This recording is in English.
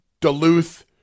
Duluth